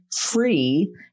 free